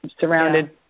surrounded